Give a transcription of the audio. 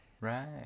right